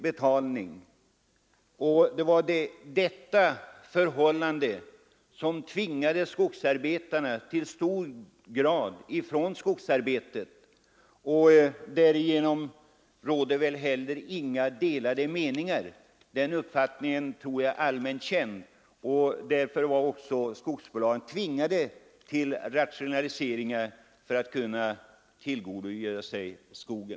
Det var i hög grad dessa förhållanden som tvingade skogsarbetarna från skogsarbetet. Därom tror jag inte att det råder några delade meningar, utan den uppfattningen är väl allmän. Skogsbolagen tvingades således till rationaliseringar för att kunna tillgodogöra sig skogen.